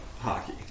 Hockey